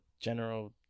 general